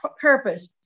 purpose